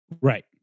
Right